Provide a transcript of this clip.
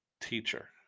teacher